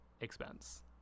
expense